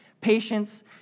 patience